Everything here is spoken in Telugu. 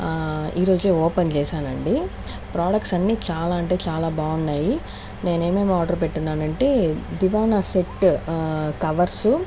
ఈరోజు ఓపెన్ చేసానండి ప్రొడక్ట్స్ అన్ని చాలా అంటే చాలా బాగున్నాయి నేనేమి ఆర్డర్ పెట్టినాను అంటే దివానా సెట్ కవర్సు